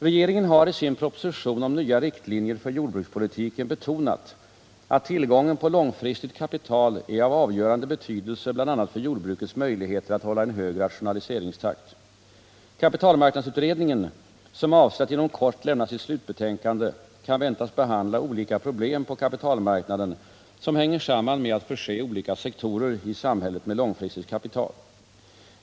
Regeringen har i sin proposition om nya riktlinjer för jordbrukspolitiken betonat att tillgången på långfristigt kapital är av avgörande betydelse för bl.a. jordbrukets möjligheter att hålla en hög rationaliseringstakt. Kapitalmarknadsutredningen, som avser att inom kort lämna sitt slutbetänkande, kan väntas behandla olika problem på kapitalmarknaden som hänger samman med att förse olika sektorer i samhället med långfristigt kapital.